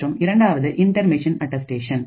மற்றும் இரண்டாவதுஇன்டர் machine attestation